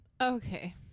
Okay